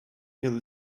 till